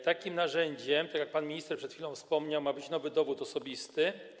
Takim narzędziem, tak jak pan minister przed chwilą wspomniał, ma być nowy dowód osobisty.